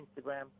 Instagram